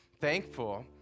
thankful